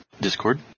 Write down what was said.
Discord